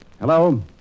Hello